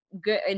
good